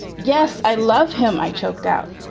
yes, i love him. i choked out.